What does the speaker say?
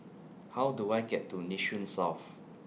How Do I get to Nee Soon South